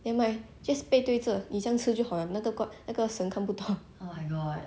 nevermind just 背对着你这样吃就好了那个 god 那个神看不到